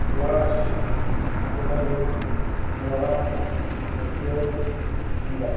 lord's Abu Dhabi Lahore Tokyo Singapore